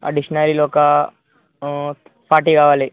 ఆ డిక్షనరీలు ఒక ఫార్టీ కావాలి